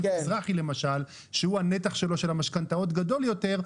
בנק מזרחי למשל שהוא הנתח שלו של המשכנתאות גדול יותר,